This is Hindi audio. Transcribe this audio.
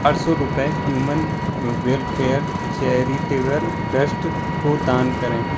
आठ सौ रुपये ह्यूमन वेलफेयर चैरिटेबल ट्रस्ट को दान करें